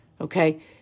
okay